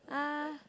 ah